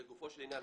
לגופו של עניין.